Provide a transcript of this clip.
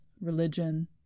religion